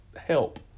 help